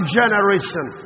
generation